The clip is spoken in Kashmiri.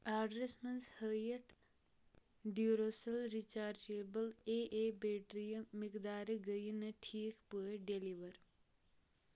آرڈرَس منٛز ہٲیِتھ ڈیٚوٗرَسٮ۪ل رِچارجِبٕل اے اے بیٹرییہِ مٮ۪قدار گٔیہِ نہٕ ٹھیٖک پٲٹھۍ ڈیلیور